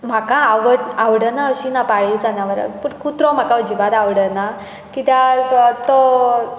म्हाका आवड आवडना अशीं ना पाळीव जनावरां पूण कुत्रो म्हाका अजिभात आवडना कित्याक तो